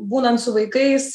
būnant su vaikais